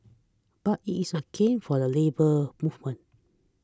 but it is a gain for the Labour Movement